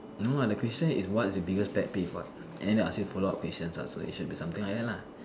no lah the question is what is the biggest pet peeve what and then they ask you follow up questions ah so is something like that lah